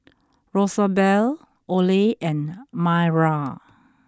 Rosabelle Oley and Mayra